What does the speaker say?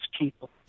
people